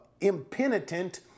impenitent